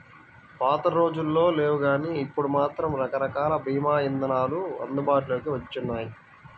పాతరోజుల్లో లేవుగానీ ఇప్పుడు మాత్రం రకరకాల భీమా ఇదానాలు అందుబాటులోకి వచ్చినియ్యి